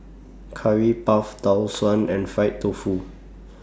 Curry Puff Tau Suan and Fried Tofu